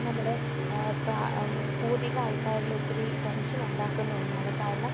നമ്മുടെ പൂർവിക ആൾക്കാരിൽ ഒത്തിരി ടെൻഷൻ ഉണ്ടാക്കുന്ന ഒന്നാണ് കാരണം